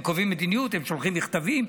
הם קובעים מדיניות, הם שולחים מכתבים.